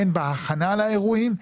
הן בהכנה לאירועים,